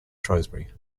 shrewsbury